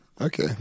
Okay